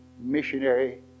missionary